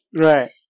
Right